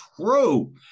true